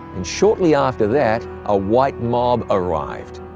and shortly after that, a white mob arrived,